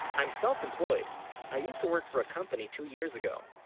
i'm self-employed i used to work for a company two years ago